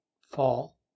fall